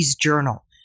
Journal